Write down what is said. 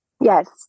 Yes